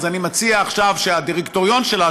אז אני מציע עכשיו שהדירקטוריון שלה,